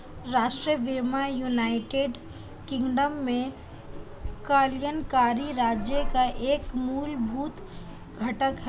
राष्ट्रीय बीमा United Kingdom में कल्याणकारी राज्य का एक मूलभूत घटक है